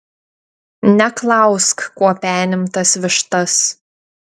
neklausk kuo penim tas vištas